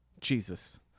Jesus